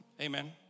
Amen